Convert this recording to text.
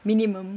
minimum